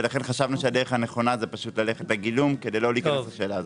ולכן חשבנו שהדרך הנכונה זה פשוט ללכת לגילום כדי לא להיכנס לשאלה הזאת.